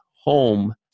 home